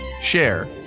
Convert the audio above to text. share